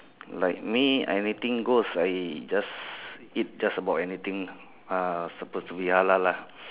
like me anything goes I just eat just about anything ah suppose to be halal lah